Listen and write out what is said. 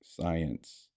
science